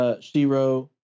Shiro